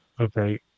okay